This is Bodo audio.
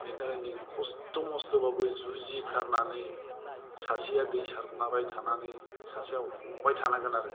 बेनि थाखायनो जोङो खस्त' मस्त'बाबो जुजिथारनानै सासेआ दै सारलाबाय थानानै सासेआ हमबाय थानांगोन आरो